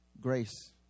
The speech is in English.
grace